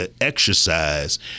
exercise